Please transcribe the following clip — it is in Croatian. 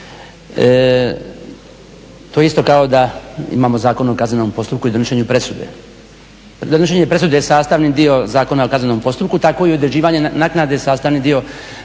to je isto kao da imamo Zakon o kaznenom postupku i donošenju presude. Donošenje presude je sastavni dio Zakona o kaznenom postupku tako i određivanje naknade sastavni dio